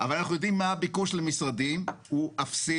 אבל אנחנו יודעים שהביקוש למשרדים הוא אפסי